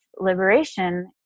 liberation